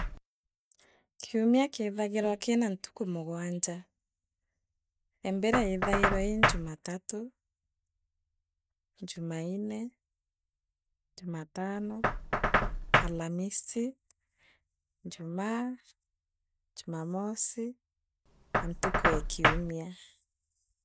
Kiumia kiithagira kina ntuku mugwanja, eembere ethairwa ii njumatatu, njumaine. njumatano, alamisi, njumaa, njumamosi na ntuku ee kiumia.